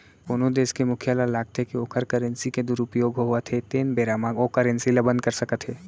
कोनो देस के मुखिया ल लागथे के ओखर करेंसी के दुरूपयोग होवत हे तेन बेरा म ओ करेंसी ल बंद कर सकत हे